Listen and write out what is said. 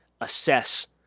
assess